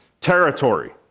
territory